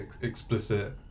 explicit